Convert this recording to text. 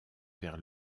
vers